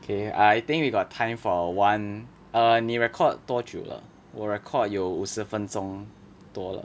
okay I think we got time for one err 你 record 多久了我 record 有五十分钟多了